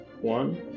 One